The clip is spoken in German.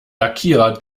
lackierer